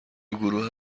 گروه